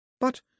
But